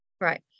Right